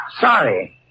Sorry